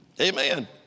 Amen